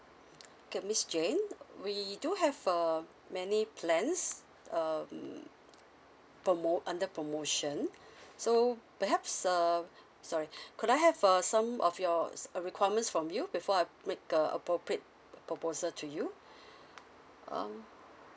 okay miss jane we do have uh many plans um promo under promotion so perhaps uh sorry could I have uh some of your uh requirements from you before I make a appropriate proposal to you um